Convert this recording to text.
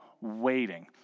waiting